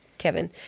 Kevin